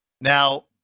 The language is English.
Now